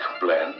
blend